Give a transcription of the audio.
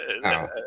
No